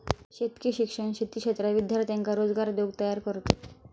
शेतकी शिक्षण शेती क्षेत्रात विद्यार्थ्यांका रोजगार देऊक तयार करतत